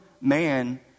man